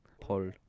Paul